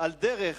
על דרך